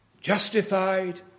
justified